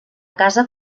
casa